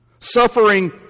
Suffering